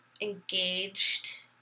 engaged